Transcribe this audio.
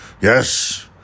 Yes